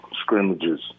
scrimmages